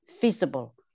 feasible